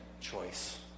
choice